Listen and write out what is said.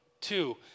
Two